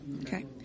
Okay